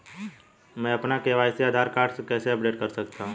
मैं अपना e KYC Aadhaar card कैसे अपडेट कर सकता हूँ?